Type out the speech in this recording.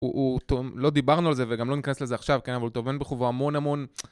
הוא, לא דיברנו על זה וגם לא נכנס לזה עכשיו, כן, אבל הוא טומן בחובו המון המון.